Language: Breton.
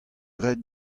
graet